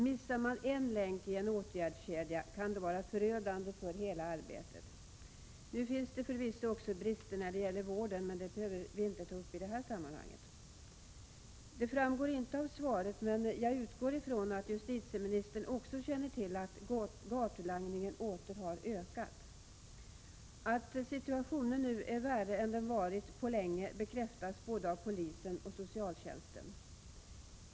Missar man en länk i en åtgärdskedja kan det vara förödande för hela arbetet. Nu finns det förvisso också brister när det gäller vården, men det behöver vi inte ta upp i detta sammanhang. Det framgår inte av svaret, men jag utgår från att justitieministern också känner till att gatulangningen åter har ökat. Att situationen nu är värre än den varit på länge bekräftas av både polisen och socialtjänsten.